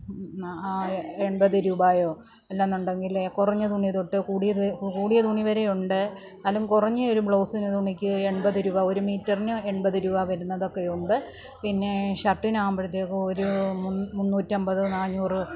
എൺപത് രൂപയോ അല്ലെന്നുണ്ടെങ്കില് കുറഞ്ഞ തുണി തൊട്ട് കൂടിയത് കൂടിയ തുണി വരെയുണ്ട് എന്നാലും കുറഞ്ഞ ഒരു ബ്ലൗസിന് തുണിയ്ക്ക് എൺപത് രൂപ ഒരു മീറ്ററിന് എൺപത് രൂപ വരുന്നതൊക്കെയുണ്ട് പിന്നെ ഷർട്ടിന് ആകുമ്പഴത്തേക്കും ഒരു മുന്നൂറ്റംബത് നാനൂറ്